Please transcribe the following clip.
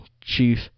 chief